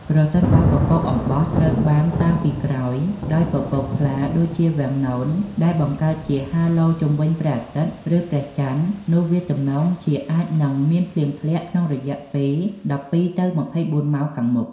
ប្រសិនបើពពកអំបោះ ត្រូវបានតាមពីក្រោយដោយពពកថ្លាដូចវាំងននដែលបង្កើតជាហាឡូជុំវិញព្រះអាទិត្យ ឬព្រះច័ន្ទ នោះវាទំនងជានឹងមានភ្លៀងធ្លាក់ក្នុងរយៈពេល ១២ ទៅ ២៤ ម៉ោងខាងមុខ។